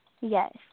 Yes